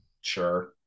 Sure